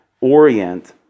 orient